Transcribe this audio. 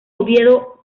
oviedo